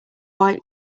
white